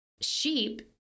sheep